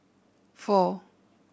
four